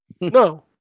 No